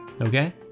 okay